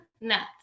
nuts